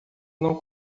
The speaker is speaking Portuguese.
não